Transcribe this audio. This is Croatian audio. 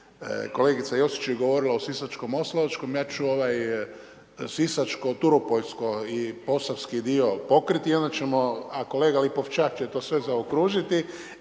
kolegica Josić je govorila o Sisačko moslavačkom, ja ću ovaj sisačko turopoljsko i posavski dio pokriti i onda ćemo, a kolega Lipošćak će to sve zaokružiti